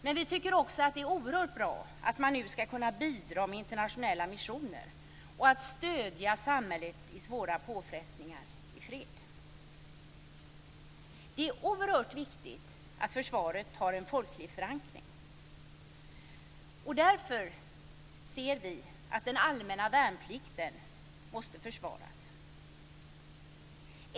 Men vi tycker också att det är oerhört bra att man nu ska kunna bidra med internationella missioner och att man ska kunna stödja samhället vid svåra påfrestningar i fred. Det är oerhört viktigt att försvaret har en folklig förankring. Därför anser vi att den allmänna värnplikten måste försvaras.